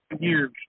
years